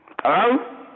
Hello